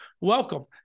Welcome